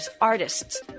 artists